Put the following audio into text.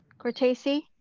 cortese,